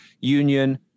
union